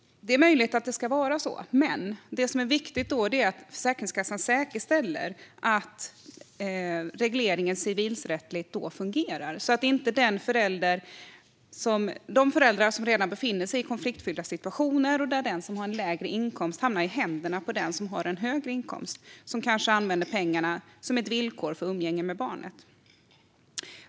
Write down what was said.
Det är möjligt att det ska vara så. Men det är då viktigt att Försäkringskassan säkerställer att regleringen fungerar civilrättsligt. När det gäller föräldrar som redan befinner sig i konfliktfyllda situationer kan den förälder som har en lägre inkomst hamna i händerna på den som har en högre inkomst, som kanske använder pengarna som ett villkor för umgänge med barnet.